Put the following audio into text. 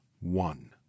one